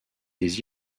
des